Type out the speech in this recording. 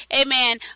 amen